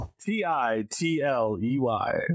T-I-T-L-E-Y